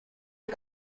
die